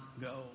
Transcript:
go